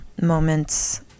moments